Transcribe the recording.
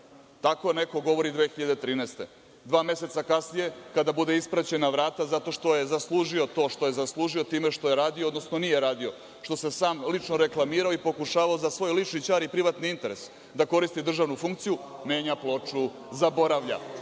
Tako je neko govorio 2013. godine. Dva meseca kasnije, kada bude ispraćen na vrata zato što je zaslužio to što je zaslužio time što je radio, odnosno nije radio, što se sam lično reklamirao i pokušavao za svoj lični ćar i privatni interes da koristi državnu funkciju, menja ploču, zaboravlja.